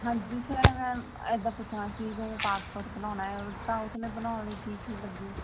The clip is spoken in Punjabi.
ਹਾਂਜੀ ਸਰ ਇਦਾਂ ਪੁੱਛਣਾ ਸੀ ਜਿਵੇਂ ਪਾਸਪੋਰਟ ਬਣਾਉਣਾ ਤਾਂ ਉਸਨੂੰ ਬਣਾਉਣ ਲਈ ਕੀ ਕੀ ਲੱਗੂ